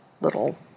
little